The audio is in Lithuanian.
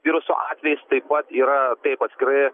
viruso atvejis taip pat yra taip atskirai